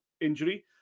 injury